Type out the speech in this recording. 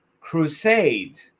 crusade